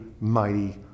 mighty